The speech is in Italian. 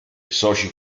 soci